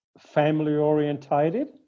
family-orientated